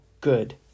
good